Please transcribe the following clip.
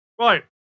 Right